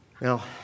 Now